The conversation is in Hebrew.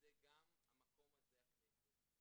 זה גם המקום הזה, הכנסת.